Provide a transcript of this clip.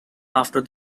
after